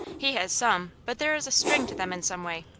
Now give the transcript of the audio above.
he has some, but there is a string to them in some way,